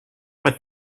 but